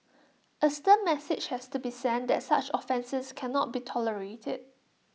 A stern message has to be sent that such offences cannot be tolerated